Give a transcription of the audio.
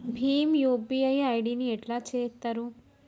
Bhim UPI ID ని ఎట్లా చేత్తరు?